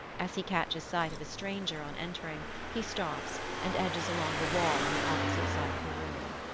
as he catches sight of a stranger on entering, he stops, and edges along the wall on the opposite side of the room.